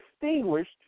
distinguished